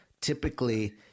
typically